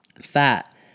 fat